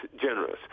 generous